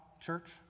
church